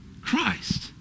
christ